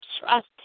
trust